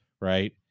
right